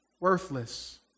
Worthless